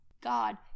God